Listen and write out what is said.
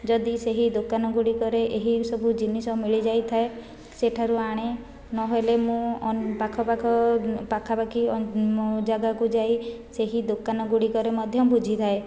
ଯଦି ସେହି ଦୋକାନ ଗୁଡ଼ିକରେ ଏହି ସବୁ ଜିନିଷ ମିଳି ଯାଇଥାଏ ସେଠାରୁ ଆଣେ ନହଲେ ମୁଁ ଅ ପାଖ ପାଖ ପାଖା ପାଖି ଜାଗାକୁ ଯାଇ ସେହି ଦୋକାନ ଗୁଡ଼ିକରେ ମଧ୍ୟ ବୁଝିଥାଏ